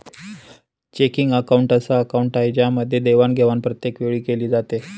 checking account अस account आहे ज्यामध्ये देवाणघेवाण प्रत्येक वेळी केली जाते